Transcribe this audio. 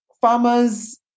farmers